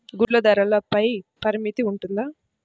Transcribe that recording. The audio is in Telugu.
గుడ్లు ధరల పై పరిమితి ఉంటుందా?